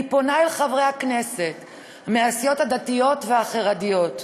אני פונה אל חברי הכנסת מהסיעות הדתיות והחרדיות: